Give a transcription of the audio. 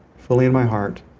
fully in my heart,